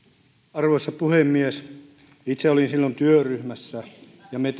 arvoisa puhemies itse olin silloin työryhmässä ja me